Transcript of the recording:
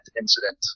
incident